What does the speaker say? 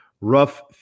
rough